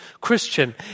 Christian